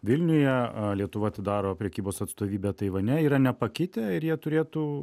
vilniuje lietuva atidaro prekybos atstovybę taivane yra nepakitę ir jie turėtų